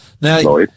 Now